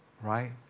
right